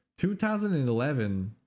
2011